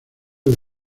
del